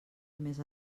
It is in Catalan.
més